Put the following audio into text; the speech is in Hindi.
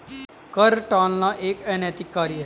कर टालना एक अनैतिक कार्य है